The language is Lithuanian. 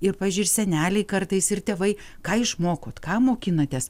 ir pavyzdžiui ir seneliai kartais ir tėvai ką išmokot ką mokinatės